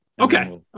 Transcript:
okay